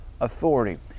authority